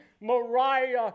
Mariah